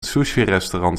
sushirestaurant